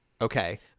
Okay